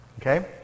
Okay